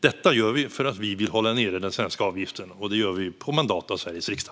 Detta gör vi för att vi vill hålla nere den svenska avgiften, och det gör vi på mandat av Sveriges riksdag.